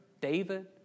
David